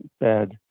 bad